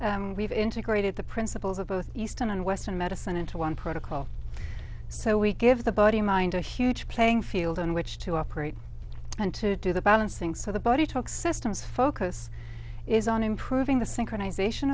that we've integrated the principles of both eastern and western medicine into one protocol so we give the body mind a huge playing field in which to operate and to do the balancing so the body talk systems focus is on improving the synchronization